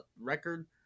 record